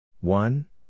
One